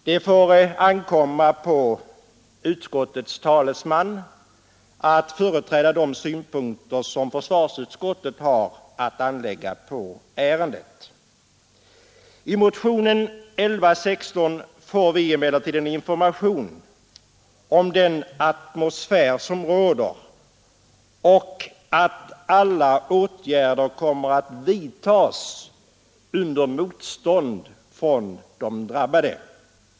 Det får ankomma på utskottets talesman att företräda de synpunkter som försvarsutskottet har att anlägga på ärendet. I motionen 1116 får vi emellertid information om den atmosfär som råder och om att alla åtgärder kommer att vidtas under motstånd från de drabbade.